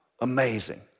Amazing